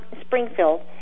Springfield